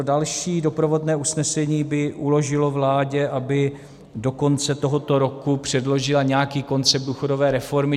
Další doprovodné usnesení by uložilo vládě, aby do konce tohoto roku předložila nějaký koncept důchodové reformy.